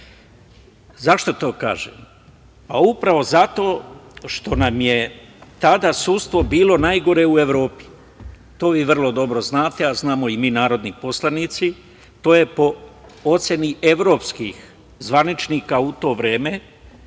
nema.Zašto to kažem? Upravo zato, što nam je tada sudstvo bilo najgore u Evropi i to vi vrlo dobro znate, a znamo i mi narodni poslanici, to je po oceni evropskih zvaničnika u to vreme,